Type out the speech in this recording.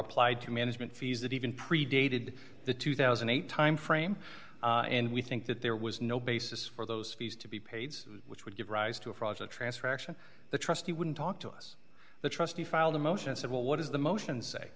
applied to management fees that even predated the two thousand and eight timeframe and we think that there was no basis for those fees to be paid which would give rise to a project transfer action the trustee wouldn't talk to us the trustee filed a motion and said well what is the motions say